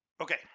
Okay